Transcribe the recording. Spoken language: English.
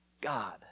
God